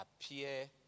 appear